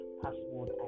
password